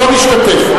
לא משתתף.